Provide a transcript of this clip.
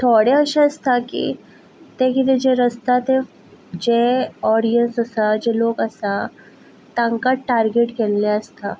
थोडे अशे आसता की ते किदें रचता तें जे ओडियंस आसा जे लोक आसा तांकां टारगेट केल्लें आसता